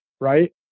right